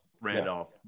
Randolph